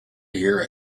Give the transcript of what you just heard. hear